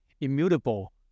immutable